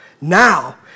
Now